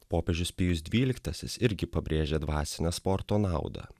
popiežius pijus dvyliktasis irgi pabrėžė dvasinę sporto naudą